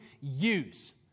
use